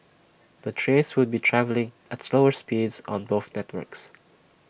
the trains would be travelling at slower speeds on both networks